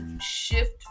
shift